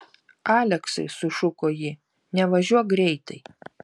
aleksai sušuko ji nevažiuok greitai